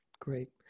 great